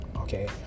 Okay